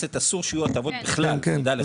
לחברי כנסת אסור שיהיו הטבות בכלל, תדע לך.